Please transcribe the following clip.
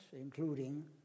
including